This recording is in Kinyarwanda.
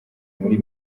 muri